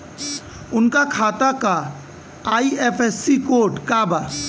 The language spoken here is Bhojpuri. उनका खाता का आई.एफ.एस.सी कोड का बा?